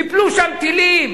ייפלו שם טילים,